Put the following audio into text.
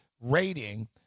rating